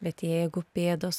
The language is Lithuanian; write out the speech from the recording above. bet jeigu pėdos